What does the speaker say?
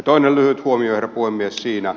toinen lyhyt huomio herra puhemies